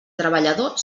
treballador